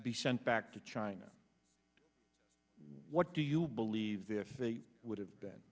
be sent back to china what do you believe there would have been